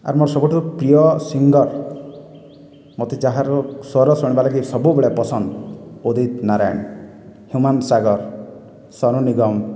ଆଉ ମୋର ସବୁଠୁ ପ୍ରିୟ ସିଙ୍ଗର୍ ମତେ ଯାହାର ସ୍ୱର ଶୁଣିବା ଲାଗି ସବୁବେଳେ ପସନ୍ଦ୍ ଉଦିତ ନାରାୟଣ୍ ହ୍ୟୁମାନ ସାଗର୍ ସୋନୁ ନିଗମ